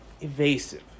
evasive